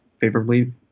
favorably